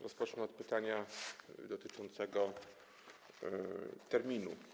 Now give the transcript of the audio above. Rozpocznę od pytania dotyczącego terminu.